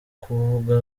kuvuga